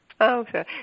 Okay